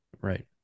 right